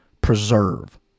preserve